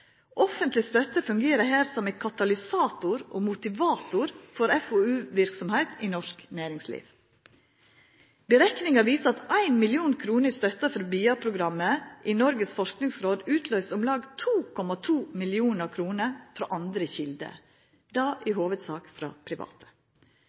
Offentleg støtte fungerer her som ein katalysator og motivator for FoU-verksemd i norsk næringsliv. Berekningar viser at 1 mill. kr i støtte frå BIA-programmet i Noregs forskingsråd utløyser om lag 2,2 mill. kr frå andre kjelder, då i